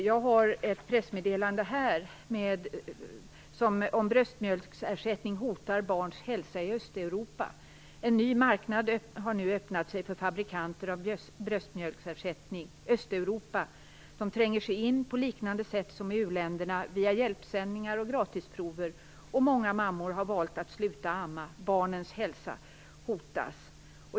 Jag har fått ett pressmeddelande En ny marknad har nu öppnat sig för fabrikanter av bröstmjölksersättning: Östeuropa. Fabrikanterna tränger sig in - på liknande sätt som i u-länderna - via hjälpsändningar och gratisprover. Och många mammor har valt att sluta amma. Barnens hälsa hotas."